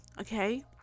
okay